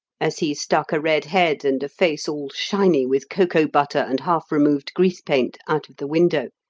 as he stuck a red head and a face all shiny with cocoa butter and half-removed grease-paint out of the window,